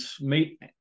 meet